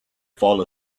fall